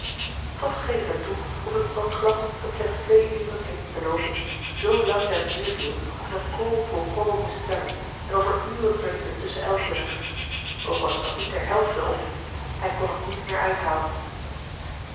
toch scheen het hem toe of het zandglas dat slechts twee uren heette te loopen zoo langzaam neêrviel of men korrel voor korrel moest tellen en of er uren verliepen tusschen elk hunner ook was het nog niet ter helfte of hij kon het niet meer uithouden